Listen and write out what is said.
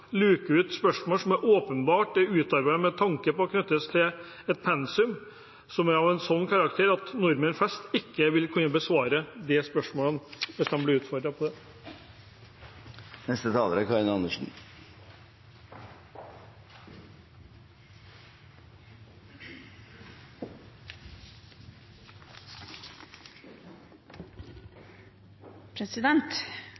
luke ut spørsmål som åpenbart er utarbeidet med tanke på å knyttes til et pensum som er av en sånn karakter at nordmenn flest ikke vil kunne besvare spørsmålene om de ble utfordret på det. Alle er